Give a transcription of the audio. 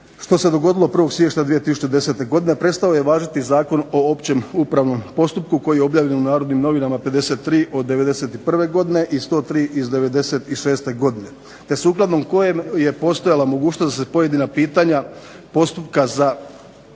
što se dogodilo 1. siječnja 2010. godine, prestao je važiti Zakon o općem upravnom postupku koji je objavljen u Narodnim novinama 53/91. i 103/96. godine te sukladno kojem je postojala mogućnost da se pojedina pitanja postupka za